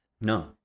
No